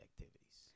activities